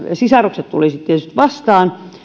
sisarukset tulivat sitten tietysti vastaan